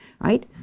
right